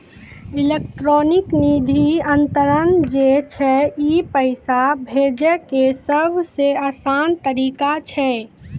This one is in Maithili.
इलेक्ट्रानिक निधि अन्तरन जे छै ई पैसा भेजै के सभ से असान तरिका छै